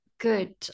good